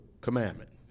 commandment